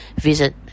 visit